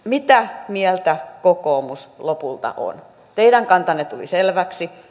mitä mieltä kokoomus lopulta on teidän kantanne tuli selväksi